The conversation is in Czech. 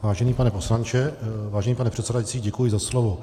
Vážený pane poslanče vážený pane předsedající, děkuji za slovo.